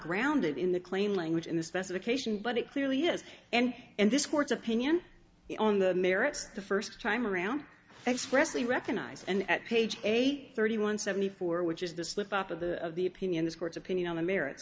grounded in the claim language in the specification but it clearly has and and this court's opinion on the merits the first time around expressly recognize and at page eight thirty one seventy four which is the slip up of the of the opinion this court's opinion on the merits